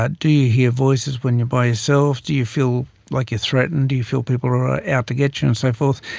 ah do you hear voices when you are by yourself, do you feel like you are threatened, do you feel people are are out to get you and so forth.